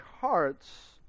hearts